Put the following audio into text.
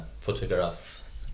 photograph